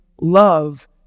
love